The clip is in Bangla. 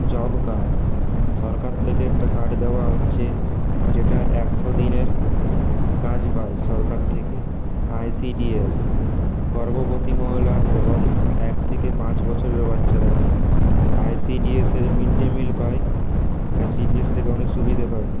জব কার্ড সরকার থেকে একটা কার্ড দেওয়া হচ্ছে যেটা একশো দিনের কাজ পায় সরকার থেকে আইসিডিএস গর্ভবতী মহিলা এবং এক থেকে পাঁচ বছরের বাচ্চারা আইসি ডিএসের মিড ডে মিল পায় আইসিডিএস থেকে অনেক সুবিধে পায়